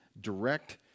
direct